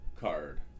card